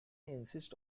insists